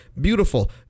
Beautiful